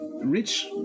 rich